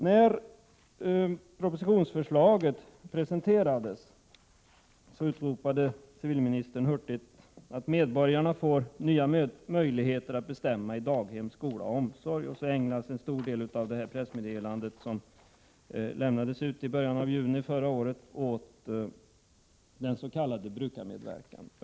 När propositionen presenterades utropade civilministern hurtigt att medborgarna får nya möjligheter att bestämma beträffande daghem, skola och omsorg, och så ägnades en stor del av pressmeddelandet, som lämnades ut i början av juni förra året, åt den s.k. brukarmedverkan.